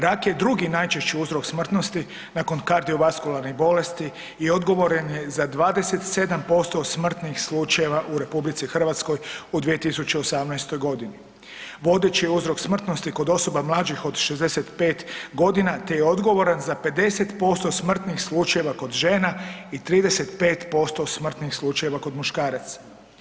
Rak je drugi najčešći uzrok smrtnosti nakon kardiovaskularnih bolesti i odgovoran je za 27% smrtnih slučajeva u RH u 2018.g., vodeći uzrok smrtnosti kod osoba mlađih od 65 godina te je odgovoran za 50% smrtnih slučajeva kod žena i 35% smrtnih slučajeva kod muškaraca.